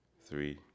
three